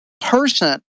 person